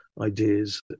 ideas